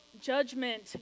judgment